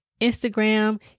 Instagram